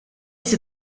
ses